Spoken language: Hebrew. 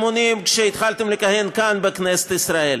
אמונים כשהתחלתם לכהן כאן בכנסת ישראל.